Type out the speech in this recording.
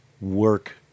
work